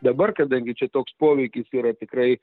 dabar kadangi čia toks poveikis yra tikrai